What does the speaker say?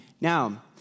Now